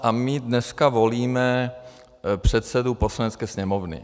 A my dnes volíme předsedu Poslanecké sněmovny.